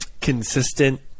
consistent